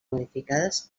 modificades